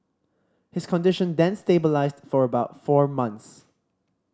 his condition then stabilised for about four months